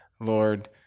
Lord